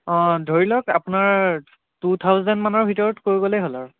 অঁ ধৰি লওক আপোনাৰ টু থাউজেণ্ডমানৰ ভিতৰত কৈ গ'লেই হ'ল আৰু